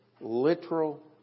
literal